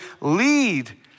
lead